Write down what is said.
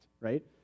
right